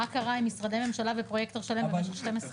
מה קרה עם משרדי ממשלה ופרויקטור שלם במשך 12 שנה?